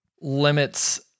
limits